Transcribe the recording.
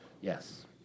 Yes